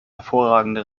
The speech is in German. hervorragende